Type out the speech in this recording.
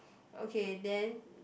okay then